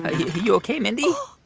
you ok, mindy?